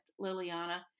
Liliana